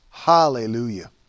Hallelujah